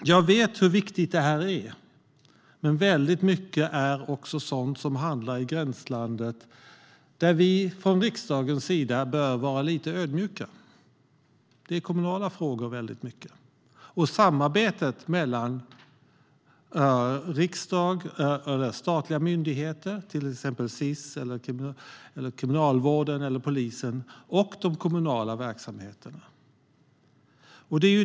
Jag vet hur viktigt det här är. Mycket hamnar dock i gränslandet. Där bör vi från riksdagens sida vara lite ödmjuka. Det är till stor del kommunala frågor och om samarbetet mellan riksdag, statliga myndigheter - till exempel Sis, Kriminalvården, polisen - och de kommunala verksamheterna.